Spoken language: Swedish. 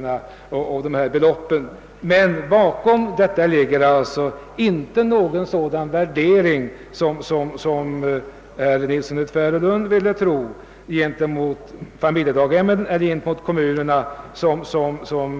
Men jag vill säga att det bakom förslaget om dessa båda regler inte ligger någon sådan värdering av familjedaghemmen som herr Nilsson i Tvärålund ville tro eller av kommunerna som